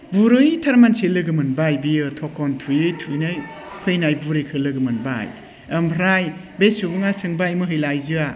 बुरैथार मानसि लोगो मोनबाय बियो थखन थुयै थुयैनो फैनाय बुरिखौ लोगो मोनबाय ओमफ्राय बे सुबुङा सोंबाय महिला आइजोआ